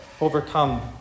overcome